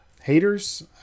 haters